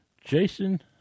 Jason